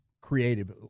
creative